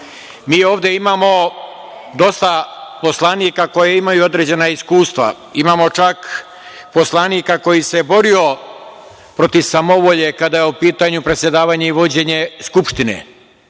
Mi ovde imamo dosta poslanika koji imaju određena iskustva. Imamo čak poslanika koji se borio protiv samovolje kada je u pitanju predsedavanje i vođenje Skupštine.